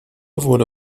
wurde